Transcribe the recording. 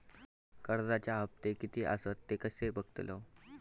कर्जच्या हप्ते किती आसत ते कसे बगतलव?